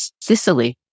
Sicily